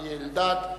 אריה אלדד,